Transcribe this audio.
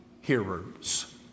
hearers